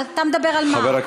אתה מדבר על מה,